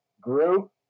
grew